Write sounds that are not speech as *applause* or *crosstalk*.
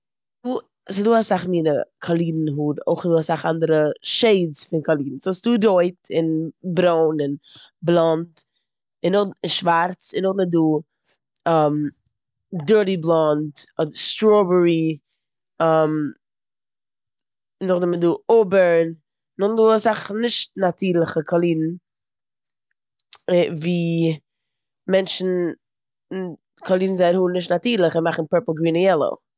*unintelligible* ס'דא אסאך מינע קאלירן. אויך איז דא אנדערע שעידס פון קאלירן. סאו ס'דא רויט און ברוין און בלאנד און נאכ- און שווארץ, און נאכדעם איז דא דירטי בלאנד, סטראבעררי, *hesitation* נאכדעם איז דא אויבורן. נאכדעם איז דא אסאך נישט נאטורליכע קאלירן או- ווי מעטשן *hesitation* קאלירן זייער האר נישט נאטורליך און מאכן פורפל, גרין און יעלאו.